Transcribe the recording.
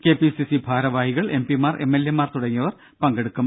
KPCC ഭാരവാഹികൾ എംപിമാർ എംഎൽഎമാർ തുടങ്ങിയവർ പങ്കെടുക്കും